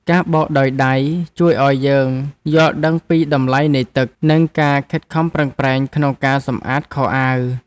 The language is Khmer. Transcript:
ការបោកដោយដៃជួយឱ្យយើងយល់ដឹងពីតម្លៃនៃទឹក និងការខិតខំប្រឹងប្រែងក្នុងការសម្អាតខោអាវ។